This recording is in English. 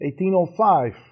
1805